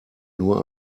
nur